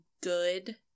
good